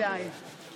הכנסת, בבקשה לתפוס את